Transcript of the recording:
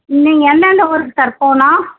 நீங்கள் எந்தெந்த ஊருக்கு சார் போகணும்